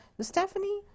Stephanie